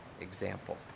example